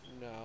No